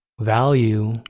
value